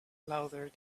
louder